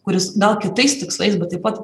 kuris gal kitais tikslais bet taip pat